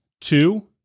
two